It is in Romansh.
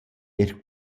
eir